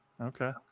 Okay